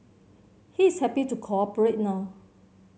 he is happy to cooperate now